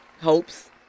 Hopes